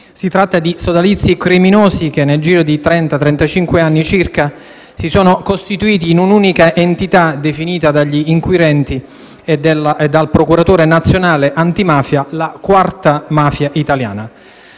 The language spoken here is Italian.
Si tratta di sodalizi criminosi che nel giro di trenta-trentacinque anni circa si sono costituiti in un'unica entità definita dagli inquirenti e dal Procuratore nazionale antimafia la quarta mafia italiana.